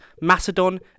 Macedon